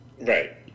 Right